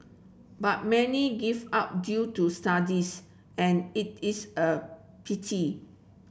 but many give up due to studies and it is a pity